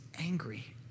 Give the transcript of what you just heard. angry